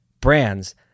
brands